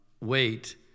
wait